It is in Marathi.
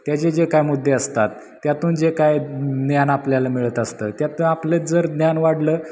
त्याचे जे काय मुद्दे असतात त्यातून जे काय ज्ञान आपल्याला मिळत असतं त्यात आपलं जर ज्ञान वाढलं